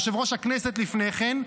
יושב-ראש הכנסת לפני כן,